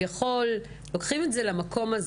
כואב גם שלוקחים את זה למקום של